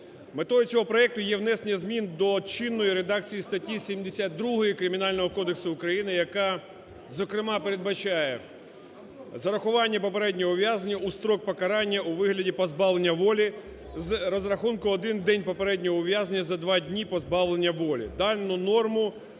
Метою цього проекту є внесення змін до чинної редакції статті 72 Кримінального кодексу України, яка, зокрема, передбачає зарахування попереднього ув'язнення у строк покарання у вигляді позбавлення волі з розрахунку 1 день попереднього ув'язнення за да дні позбавлення волі. Дану норму